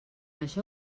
això